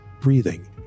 breathing